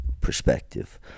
perspective